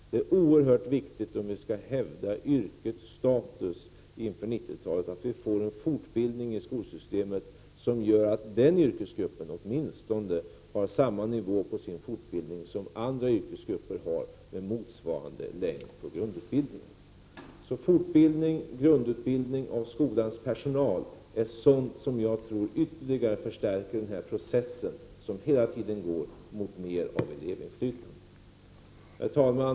Det är oerhört viktigt om vi skall hävda yrkets status inför 90-talet, att vi får en fortbildning i skolsystemet som gör att lärarna åtminstone har samma nivå på sin fortbildning som andra yrkesgrupper med motsvarande längd på grundutbildningen har. Grundutbildningen och fortbildningen av skolans personal är sådant som ytterligare förstärker den process mot mer av elevinflytande som hela tiden pågår. Herr talman!